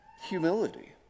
humility